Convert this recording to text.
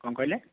କଣ କହିଲେ